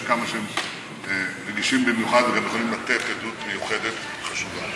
יש כמה שהם רגישים במיוחד וגם יכולים לתת עדות מיוחדת וחשובה,